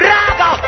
Raga